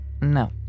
No